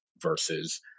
versus